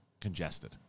congested